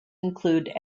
include